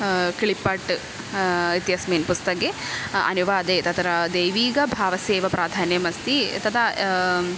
किळिपाट्टु इत्यस्मिन् पुस्तके अनुवादे तत्र देविकभावस्यैव प्राधान्यम् अस्ति तदा